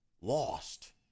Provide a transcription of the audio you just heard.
lost